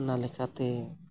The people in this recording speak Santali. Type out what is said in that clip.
ᱚᱱᱟ ᱞᱮᱠᱟᱛᱮ